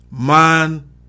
man